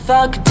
Fuck